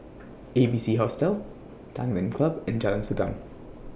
A B C Hostel Tanglin Club and Jalan Segam